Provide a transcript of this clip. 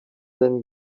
than